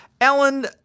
Alan